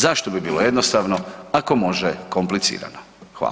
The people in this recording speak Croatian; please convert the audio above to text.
Zašto bi bilo jednostavno ako može komplicirano?